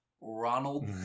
Ronald